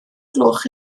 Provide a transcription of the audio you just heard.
gloch